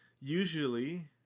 Usually